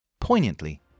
Poignantly